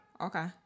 Okay